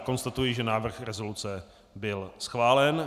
Konstatuji, že návrh rezoluce byl schválen.